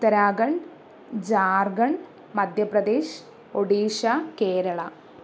Uttarakhand Jharkhand Madhya Pradesh Odisha Kerala